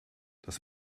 das